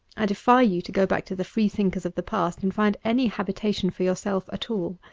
i defy you to go back to the freethinkers of the past and find any habitation for yourself at all.